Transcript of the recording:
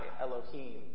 Elohim